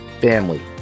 family